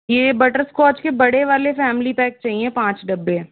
ये बटरस्कॉच के बड़े वाले फैमिली पैक चाहिए पाँच डब्बे